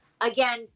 again